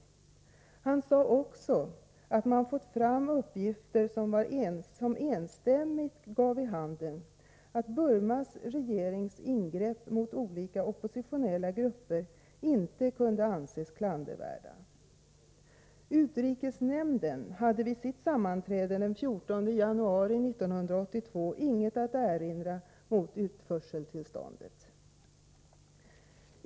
Utrikesministern sade också att man fått fram uppgifter som enstämmigt gav vid handen att Burmas regerings ingrepp mot olika oppositionella grupper inte kunde anses klandervärda. Utrikesnämnden hade vid sitt sammanträde den 14 januari 1983 inget att erinra mot utförseltillståndet.